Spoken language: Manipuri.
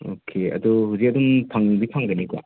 ꯑꯣꯀꯦ ꯑꯗꯣ ꯍꯧꯖꯤꯛ ꯑꯗꯨꯝ ꯐꯪꯗꯤ ꯐꯪꯒꯅꯤꯀꯣ